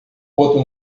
outro